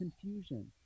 confusion